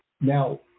Now